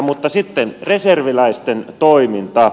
mutta sitten reserviläisten toiminta